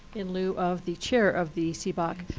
in lieu of the chair of the cboc,